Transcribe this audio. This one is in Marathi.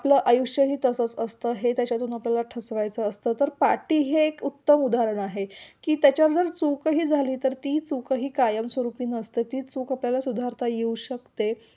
आपलं आयुष्यही तसंच असतं हे त्याच्यातून आपल्याला ठसवायचं असतं तर पाटी हे एक उत्तम उदाहरण आहे की त्याच्यावर जर चूकंही झाली तर ती चूकंही कायमस्वरूपी नसतं ती चूक आपल्याला सुधारता येऊ शकते